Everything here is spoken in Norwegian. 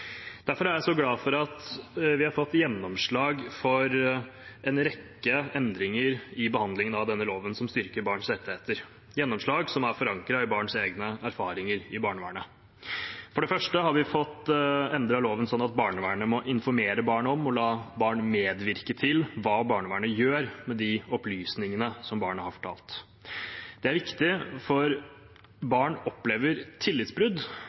Derfor er jeg glad for at vi har fått gjennomslag for en rekke endringer i behandlingen av denne loven som styrker barns rettigheter – gjennomslag som er forankret i barns egne erfaringer i barnevernet. For det første har vi fått endret loven sånn at barnevernet må informere barn om og la barna medvirke til hva barnevernet gjør med de opplysningene som barna har gitt. Det er viktig, for barn opplever tillitsbrudd